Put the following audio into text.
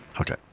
Okay